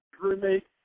roommate